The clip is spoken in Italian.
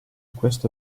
questo